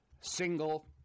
single